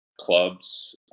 clubs